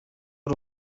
ari